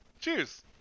Cheers